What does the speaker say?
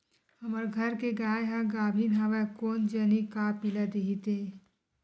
हमर घर के गाय ह गाभिन हवय कोन जनी का पिला दिही ते